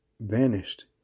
Vanished